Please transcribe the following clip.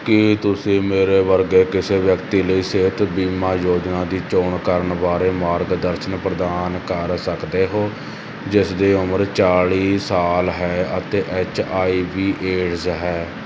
ਕੀ ਤੁਸੀਂ ਮੇਰੇ ਵਰਗੇ ਕਿਸੇ ਵਿਅਕਤੀ ਲਈ ਸਿਹਤ ਬੀਮਾ ਯੋਜਨਾ ਦੀ ਚੋਣ ਕਰਨ ਬਾਰੇ ਮਾਰਗਦਰਸ਼ਨ ਪ੍ਰਦਾਨ ਕਰ ਸਕਦੇ ਹੋ ਜਿਸ ਦੀ ਉਮਰ ਚਾਲੀ ਸਾਲ ਹੈ ਅਤੇ ਐੱਚ ਆਈ ਵੀ ਏਡਜ਼ ਹੈ